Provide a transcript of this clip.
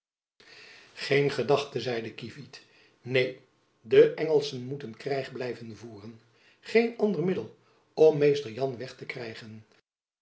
geen gedachten zeide kievit neen de engelschen moeten krijg blijven voeren geen ander middel om mr jan weg te krijgen